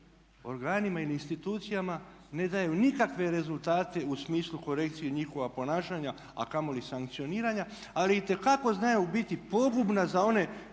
organima ili institucijama ne daju nikakve rezultate u smislu korekcije njihova ponašanja a kamoli sankcioniranja ali itekako znaju biti pogubna za one